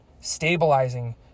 stabilizing